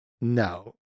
no